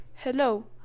Hello